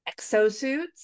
exosuits